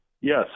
Yes